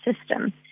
system